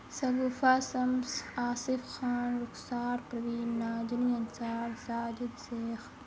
Shagufa Shams Asif Khan Rukhsar Parveen Nazneen Ansar Sajid Sheikh